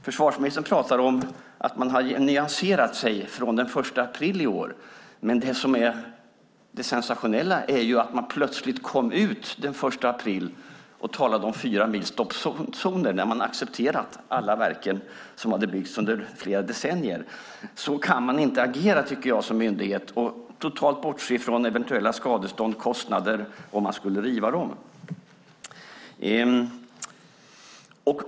Försvarsministern säger att man har nyanserat sig från den 1 april i år, men det sensationella var ju att man plötsligt kom ut den 1 april och talade om fyra mils stoppzoner när man accepterat alla de verk som hade byggts under flera decennier. Så kan man inte agera som myndighet, tycker jag, och totalt bortse från eventuella skadestånd och kostnader om verken skulle rivas.